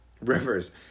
Rivers